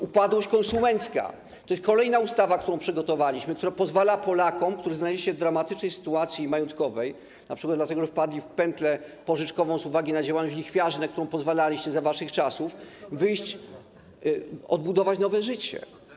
Upadłość konsumencka - to jest kolejna ustawa, którą przygotowaliśmy, która pozwala Polakom, którzy znaleźli się w dramatycznej sytuacji majątkowej - np. dlatego że wpadli w pętlę pożyczkową z uwagi na działalność lichwiarzy, na którą pozwalaliście za waszych czasów - wyjść z tego, odbudować nowe życie.